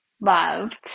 loved